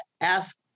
ask